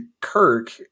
Kirk